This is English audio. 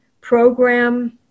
program